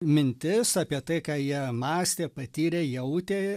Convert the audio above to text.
mintis apie tai ką jie mąstė patyrė jautė